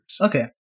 Okay